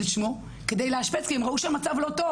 את שמו כדי לאשפז כי הם ראו שהמצב לא טוב,